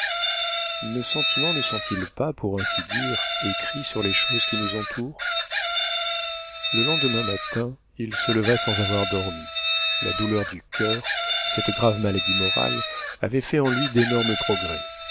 nos sentiments ne sont-ils pas pour ainsi dire écrits sur les choses qui nous entourent le lendemain matin il se leva sans avoir dormi la douleur du coeur cette grave maladie morale avait fait en lui d'énormes progrès